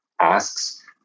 asks